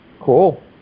cool